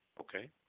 okay